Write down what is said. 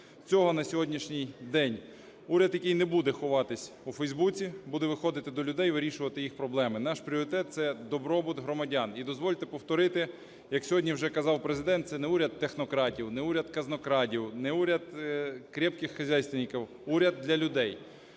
цього на сьогоднішній день. Уряд, який не буде ховатись у Фейсбуці, буде виходити до людей і вирішувати їх проблеми. Наш пріоритет – це добробут громадян. І, дозвольте повторити, як сьогодні вже казав Президент, це не уряд технократів, не уряд казнокрадів, не уряд крепких хозяйственников – уряд для людей.